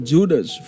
Judas